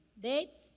Dates